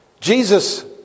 Jesus